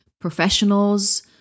professionals